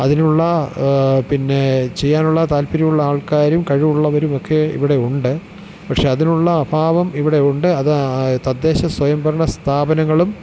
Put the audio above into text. അതിനുള്ള പിന്നെ ചെയ്യാനുള്ള താല്പര്യമുള്ള ആൾക്കാരും കഴിവുള്ളവരും ഒക്കെ ഇവിടെ ഉണ്ട് പക്ഷെ അതിനുള്ള അഭാവം ഇവിടെ ഉണ്ട് അത് തദ്ദേശ സ്വയംഭരണ സ്ഥാപനങ്ങളും